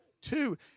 two